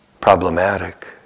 problematic